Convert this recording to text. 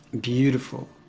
beautiful,